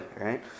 right